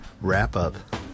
wrap-up